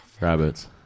Rabbits